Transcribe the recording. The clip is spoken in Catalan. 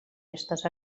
restes